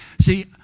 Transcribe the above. See